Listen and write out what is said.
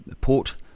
port